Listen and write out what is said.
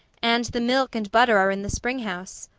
and the milk and butter are in the spring house.